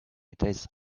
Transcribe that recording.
tastes